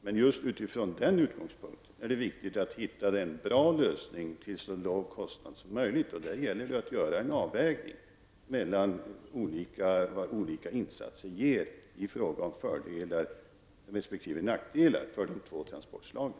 Men just utifrån den utgångspunkten är det viktigt att hitta en bra lösning till så låg kostnad som möjligt. Det gäller då att göra en avvägning i fråga om vad olika insatser ger när det gäller fördelar resp. nackdelar för de två transportslagen.